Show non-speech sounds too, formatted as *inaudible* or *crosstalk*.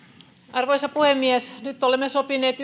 arvoisa puhemies nyt olemme sopineet *unintelligible*